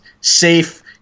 safe